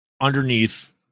underneath